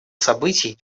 событий